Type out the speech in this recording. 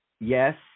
Yes